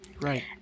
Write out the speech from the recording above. Right